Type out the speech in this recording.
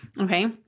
Okay